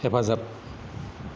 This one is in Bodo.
हेफाजाब